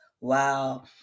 Wow